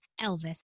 Elvis